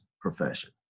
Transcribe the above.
profession